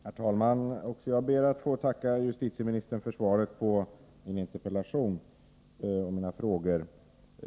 Herr talman! Också jag ber att få tacka justitieministern för svaret på min interpellation.